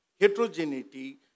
heterogeneity